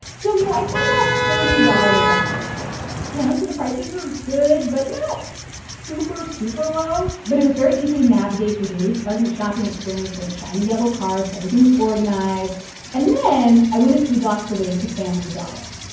so, you know, i spent about thirty dollars on all this stuff. you know, so the prices are good but not super, super low. but it was very easy to navigate. it was a really pleasant shopping experience. they had shiny, yellow carts. everything was organized and then i went a few blocks away to family dollar.